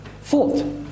Fourth